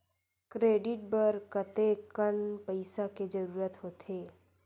Credit बर कतेकन पईसा के जरूरत होथे?